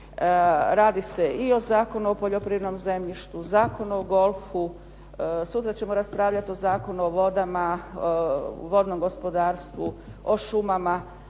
Radi se i o Zakonu o poljoprivrednom zemljištu, Zakonu o golfu, sutra ćemo raspravljati o Zakonu o vodama, vodnom gospodarstvu, o šumama.